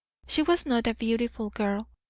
she was not a beautiful girl,